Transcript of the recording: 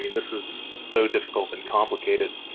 this is so difficult and complicated.